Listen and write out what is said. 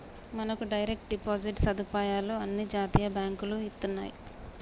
మనకు direct deposit సదుపాయాలు అన్ని జాతీయ బాంకులు ఇత్తన్నాయి